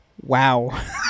wow